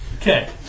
Okay